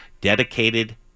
dedicated